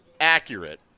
accurate